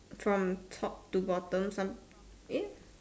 from top to bottom some eh